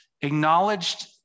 acknowledged